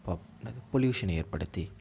என்னது பொலியுஷனை ஏற்படுத்தி